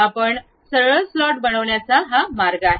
आपण सरळ स्लॉट बनवण्याचा हा मार्ग आहे